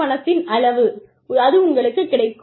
இதுவே பணத்தின் அளவு அது உங்களுக்குக் கிடைக்கும்